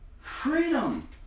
Freedom